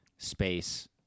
Space